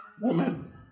woman